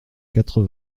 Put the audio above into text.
quatre